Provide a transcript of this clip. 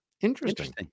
Interesting